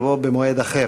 יבואו במועד אחר.